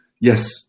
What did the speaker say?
Yes